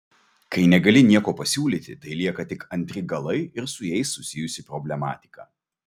kai negali nieko pasiūlyti tai lieka tik antri galai ir su jais susijusi problematika